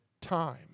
time